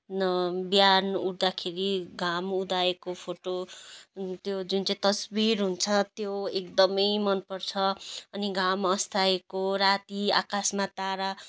बिहान उठ्दाखेरि घाम उदाएको फोटो त्यो जुन चाहिँ तस्बिर हुन्छ त्यो एकदम मन पर्छ अनि घाम अस्ताएको राति आकाशमा तारा